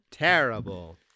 Terrible